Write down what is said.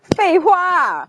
废话